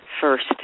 first